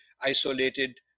isolated